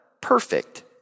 perfect